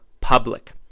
public